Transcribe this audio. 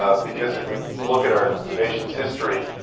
ah because if you look at our nation's history